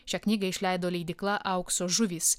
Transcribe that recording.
šią knygą išleido leidykla aukso žuvys